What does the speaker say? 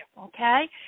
okay